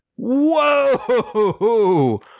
Whoa